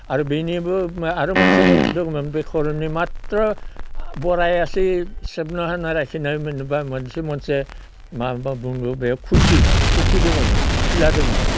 आरो बेनिबो आरो मोनसे दंमोन बे खर'नि माथ्र' बराय आसि सेना होना राखिनायमोनबा मोनसे मोनसे माबा बुङो बे खुथि खुथि दोङोमोन खिला दोङोमोन